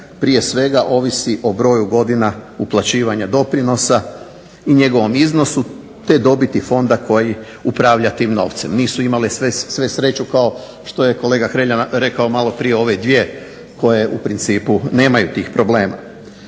prije svega ovisi o broju godina uplaćivanja doprinosa i njegovom iznosu te dobiti fonda koji upravlja tim novcem, nisu imali sve sreću kao što je kolega Hrelja rekao malo prije ove dvije koje u principu nemaju tih problema.